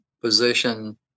position